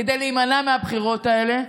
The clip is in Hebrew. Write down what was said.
כדי להימנע מהבחירות האלה,